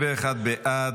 21 בעד,